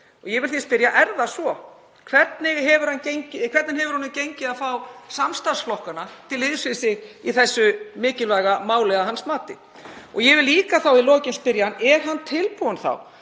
VG. Ég vil því spyrja: Er það svo? Hvernig hefur honum gengið að fá samstarfsflokkana til liðs við sig í þessu mikilvæga máli að hans mati? Og ég vil líka í lokin spyrja hann: Er hann tilbúinn